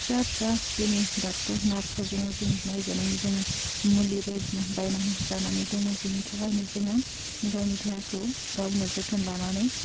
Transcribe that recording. फिसा फिसा दिनै डाक्टर नार्सफोरजोंनो जों नायजानानै जोङो मुलि बायदिसिना बायनानै जानानै दङ बिनि थाखायनो जोङो गावनि देहाखौ गावनो जोथोन लानानै